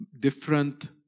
different